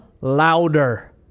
louder